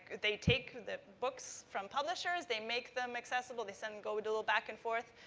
they take the books from publishers, they make them accessible, they send, go, do a back and forth,